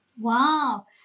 wow